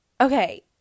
Okay